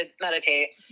meditate